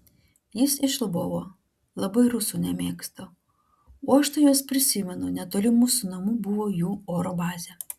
jis iš lvovo labai rusų nemėgsta o aš tai juos prisimenu netoli mūsų namų buvo jų oro bazė